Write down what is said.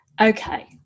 Okay